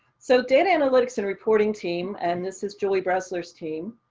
so did analytics and reporting team and this is julie bressler's team.